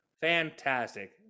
fantastic